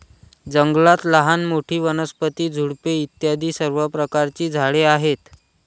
जंगलात लहान मोठी, वनस्पती, झुडपे इत्यादी सर्व प्रकारची झाडे आहेत